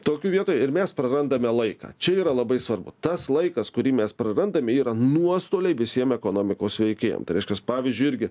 tokiu vietoj ir mes prarandame laiką čia yra labai svarbu tas laikas kurį mes prarandame yra nuostoliai visiem ekonomikos veikėjam tai reiškias pavyzdžiui irgi